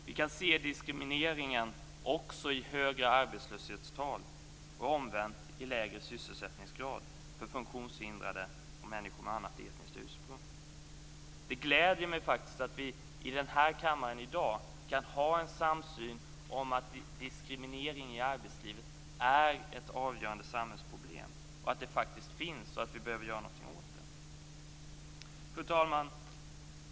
Vi kan se diskrimineringen också i högre arbetslöshetstal och omvänt i lägre sysselsättningsgrad för funktionshindrade och för människor med annat etniskt ursprung. Det gläder mig att vi i denna kammare i dag kan ha en samsyn om att diskriminering i arbetslivet är ett avgörande samhällsproblem, att det faktiskt finns och att vi behöver göra någonting åt det. Fru talman!